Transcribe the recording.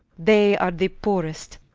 they are the poorest,